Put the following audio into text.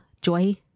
joy